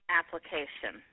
application